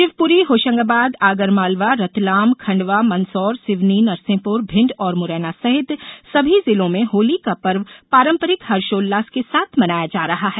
शिवपुरी होशंगाबाद आगर मालवा रतलाम खंडवा मंदसौर सिवनी नरसिंहपुर भिण्ड और मुरैना सहित सभी जिलों में होली का पर्व पारंपरिक हर्षोल्लास के साथ मनाया जा रहा है